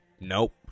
Nope